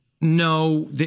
no